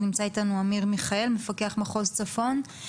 נמצא איתנו אמיר מיכאל, מפקח מחוז צפון.